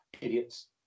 Idiots